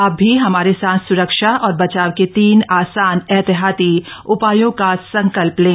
आप भी हमारे साथ सुरक्षा और बचाव के तीन आसान एहतियातीउपायों का संकल्प लें